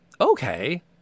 Okay